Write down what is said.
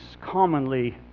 commonly